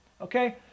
Okay